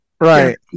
Right